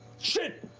shit,